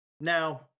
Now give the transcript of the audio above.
now